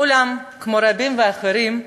אולם כמו רבים ואחרים,